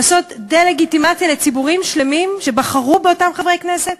לעשות דה-לגיטימציה לציבורים שלמים שבחרו באותם חברי כנסת.